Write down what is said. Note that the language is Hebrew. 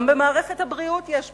גם במערכת הבריאות יש פגמים,